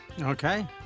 Okay